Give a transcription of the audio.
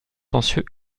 contentieux